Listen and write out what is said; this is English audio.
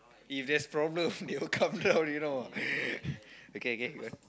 if there's problem they all come down already you know okay okay go on